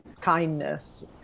kindness